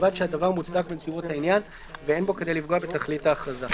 ובלבד שהדבר מוצדק בנסיבות העניין ואין בו כדי לפגוע בתכלית ההכרזה."